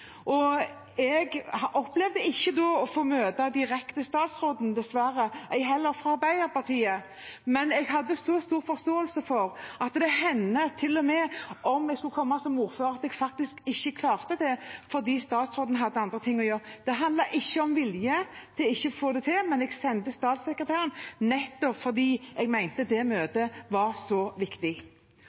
departementet. Jeg opplevde ikke da å få møte statsråden direkte, dessverre, ei heller fra Arbeiderpartiet, men jeg hadde stor forståelse for at det hendte til og med når jeg skulle komme som ordfører, at jeg ikke klarte det fordi statsråden hadde andre ting å gjøre. Det handler ikke om vilje til å få det til, men jeg sendte statssekretæren nettopp fordi jeg mente det møtet var så viktig.